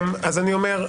אז אני אומר,